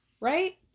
Right